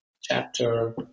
chapter